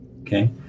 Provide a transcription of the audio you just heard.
Okay